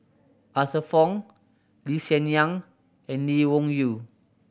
Arthur Fong Lee Hsien Yang and Lee Wung Yew